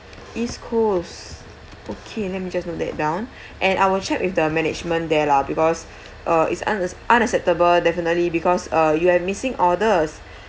east coast okay let me just note that down and I will check with the management there lah because uh it's unacc~ unacceptable definitely because uh you have missing orders